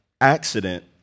accident